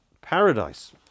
paradise